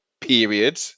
period